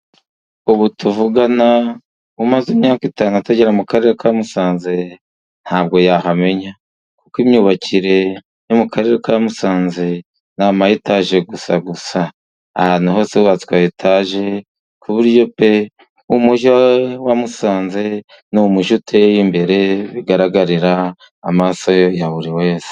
Ubu tuvugana umaze imyaka itanu atagera mu karere ka Musanze, nta bwo yahamenya. Kuko imyuba yo mu karere ka Musanze ni amayetaje gusa gusa. Ahantu hose hubatswe etaje, ku buryo umujyi wa Musanze ni umujyi uteye imbere bigaragarira amaso ya buri wese.